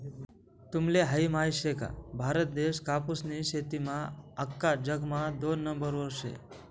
तुम्हले हायी माहित शे का, भारत देश कापूसनी शेतीमा आख्खा जगमा दोन नंबरवर शे